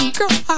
girl